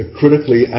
critically